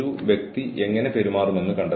അതിനാൽ ജീവനക്കാരനെ അകറ്റി നിർത്തുന്നില്ല